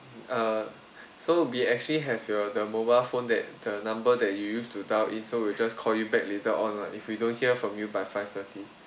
uh so be actually have you the mobile phone that the number that you use to dialled in so we'll just call you back later on lah if we don't hear from you by five thirty